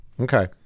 Okay